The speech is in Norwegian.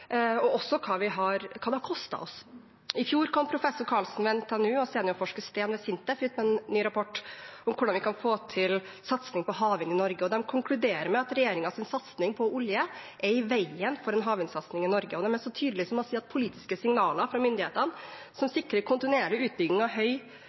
og hva det har kostet oss. I fjor kom professor Asbjørn Karlsen ved NTNU og seniorforsker Markus Steen ved SINTEF ut med en ny rapport om hvordan vi kan få til en satsing på havvind i Norge. De konkluderer med at regjeringens satsing på olje er i veien for en havvindsatsing i Norge. De er så tydelig at de sier: «Politiske signaler fra myndighetene som